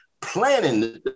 planning